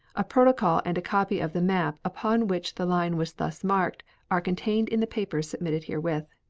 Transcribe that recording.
a protocol and a copy of the map upon which the line was thus marked are contained in the papers submitted herewith.